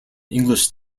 english